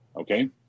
okay